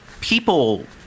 people